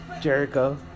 Jericho